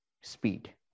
speed